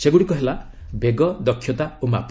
ସେଗୁଡ଼ିକ ହେଲା ବେଗ ଦକ୍ଷତା ଓ ମାପ